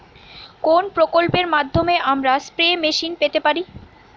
কোন প্রকল্পের মাধ্যমে আমরা স্প্রে মেশিন পেতে পারি?